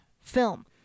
film